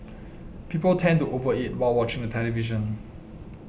people tend to over eat while watching the television